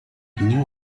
knew